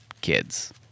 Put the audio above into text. kids